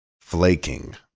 flaking